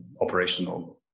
operational